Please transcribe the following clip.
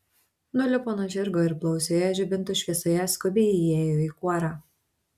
nulipo nuo žirgo ir blausioje žibintų šviesoje skubiai įėjo į kuorą